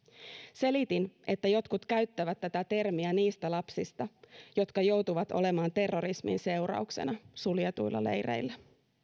selitin että jotkut käyttävät tätä termiä niistä lapsista jotka joutuvat olemaan terrorismin seurauksena suljetuilla leireillä